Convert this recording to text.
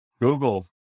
Google